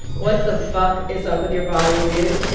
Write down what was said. what the fuck is up with your body, dude?